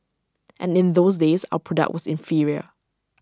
and in those days our product was inferior